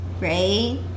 right